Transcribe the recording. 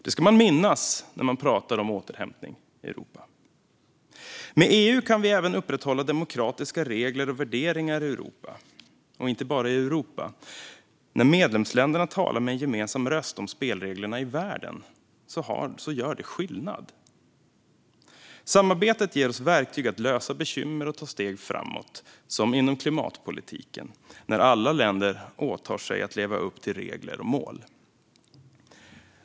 Det ska man minnas när man pratar om återhämtning i Europa. Med EU kan vi även upprätthålla demokratiska regler och värderingar i Europa. Detta gäller förresten inte bara Europa - när medlemsländerna talar med en gemensam röst om spelreglerna i världen gör det skillnad. Samarbetet ger oss verktyg att lösa bekymmer och ta steg framåt, som inom klimatpolitiken, när alla länder åtar sig att leva upp till regler och mål.